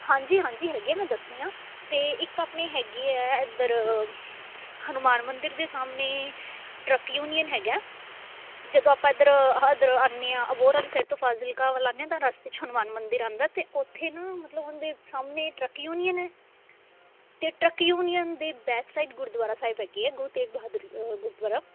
ਹਾਂਜੀ ਹਾਂਜੀ ਹੈਗੇ ਹੈ ਮੈਂ ਦੱਸਦੀ ਹਾਂ ਅਤੇ ਇੱਕ ਆਪਣੇ ਹੈਗੇ ਹੈ ਇੱਧਰ ਹਨੂੰਮਾਨ ਮੰਦਿਰ ਦੇ ਸਾਹਮਣੇ ਟਰੱਕ ਯੂਨੀਅਨ ਹੈਗਾ ਜਦੋਂ ਆਪਾਂ ਇੱਧਰ ਇੱਧਰ ਆਉਂਦੇ ਹਾਂ ਅਬੋਹਰ ਵਾਲੀ ਸਾਈਡ ਤੋਂ ਫਾਜ਼ਿਲਕਾ ਵੱਲ ਆਉਂਦੇ ਹਾਂ ਤਾਂ ਰਸਤੇ 'ਚ ਹਨੂੰਮਾਨ ਮੰਦਿਰ ਆਉਂਦਾ ਅਤੇ ਉੱਥੇ ਨਾ ਮਤਲਬ ਉਹਦੇ ਸਾਹਮਣੇ ਟਰੱਕ ਯੂਨੀਅਨ ਹੈ ਅਤੇ ਟਰੱਕ ਯੂਨੀਅਨ ਦੇ ਬੈਕ ਸਾਈਡ ਗੁਰਦੁਆਰਾ ਸਾਹਿਬ ਹੈਗੇ ਐ ਗੁਰੂ ਤੇਗ ਬਹਾਦਰ ਉਹ ਗੁਰਦੁਆਰਾ